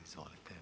Izvolite.